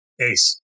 ace